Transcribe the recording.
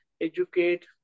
educate